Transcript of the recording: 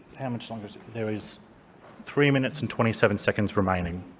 how much longer there is three minutes and twenty seven seconds remaining.